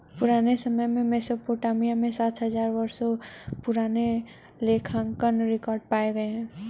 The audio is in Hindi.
पुराने समय में मेसोपोटामिया में सात हजार वर्षों पुराने लेखांकन रिकॉर्ड पाए गए हैं